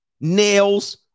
nails